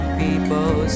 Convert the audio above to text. people